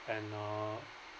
and uh